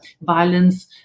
violence